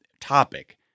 topic